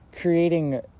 creating